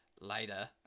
later